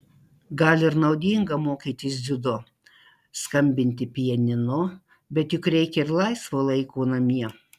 gal ir naudinga mokytis dziudo skambinti pianinu bet juk reikia ir laisvo laiko namie